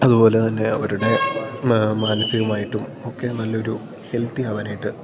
അതുപോലെ തന്നെ അവരുടെ മാനസികമായിട്ടും ഒക്കെ നല്ലൊരു ഹെൽത്തി ആവാനായിട്ട്